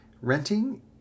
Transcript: renting